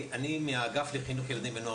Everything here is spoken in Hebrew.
אני סגן מנהל האגף לחינוך ילדים ונוער